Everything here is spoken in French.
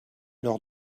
leur